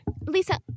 Lisa